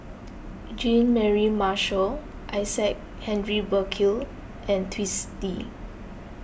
Jean Mary Marshall Isaac Henry Burkill and Twisstii